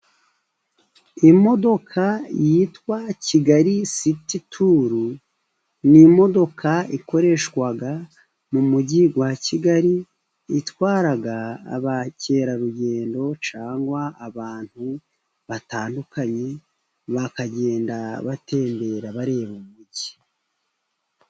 Imodoka yitwa kigali sitituru, ni imodoka ikoreshwa mu mujyi wa Kigali, itwara abakerarugendo cyangwa abantu batandukanye, bakagenda batembera bareba umujyi.